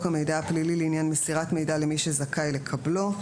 המידע הפלילי לעניין מסירת מידע למי שזכאי לקבלו.